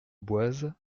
boise